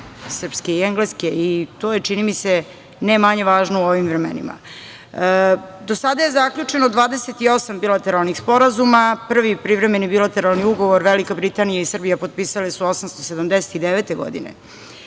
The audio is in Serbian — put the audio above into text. srpske i engleske. To je, čini mi se, ne manje važno u ovim vremenima. Do sada je zaključeno 28 bilateralnih sporazuma. Prvi privremeni bilateralni ugovor Velika Britanija i Srbija potpisale su 879. godine.